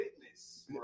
Fitness